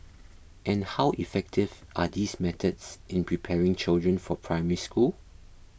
and how effective are these methods in preparing children for Primary School